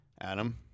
Adam